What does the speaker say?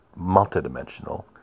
multidimensional